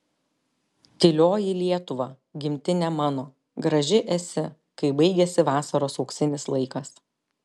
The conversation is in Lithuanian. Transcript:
tylioji lietuva gimtine mano graži esi kai baigiasi vasaros auksinis laikas